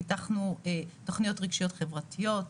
פיתחנו תוכניות רגשיות-חברתיות,